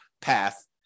path